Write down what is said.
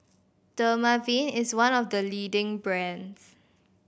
Dermaveen is one of the leading brands